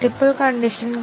അതിനാൽ false false ആണ്